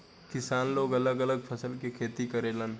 किसान लोग अलग अलग फसल के खेती करेलन